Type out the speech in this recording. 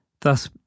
Thus